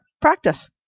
practice